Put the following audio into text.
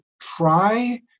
try